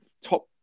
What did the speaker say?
top